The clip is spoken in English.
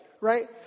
right